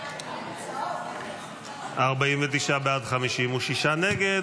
49 בעד, 56 נגד.